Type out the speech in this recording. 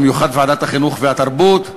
במיוחד בוועדת החינוך והתרבות.